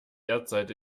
derzeit